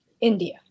India